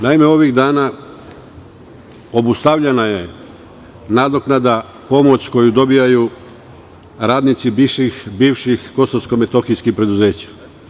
Naime, ovih dana obustavljena je nadoknada, pomoć koju dobijaju radnici bivših kosovsko-metohijskih preduzeća.